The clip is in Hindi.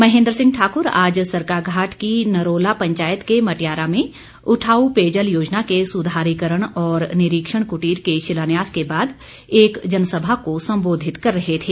महेन्द्र सिंह ठाक्र आज सरकाघाट की नरोला पंचायत के मटयारा में उठाउ पेयजल योजना के सुधारीकरण और निरीक्षण कुटीर के शिलान्यास के बाद एक जनसभा को संबोधित कर रहे थे